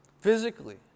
Physically